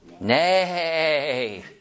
Nay